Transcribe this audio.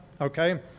okay